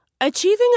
Achieving